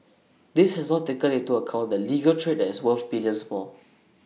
this has not taken into account the legal trade that is worth billions more